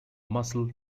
muscle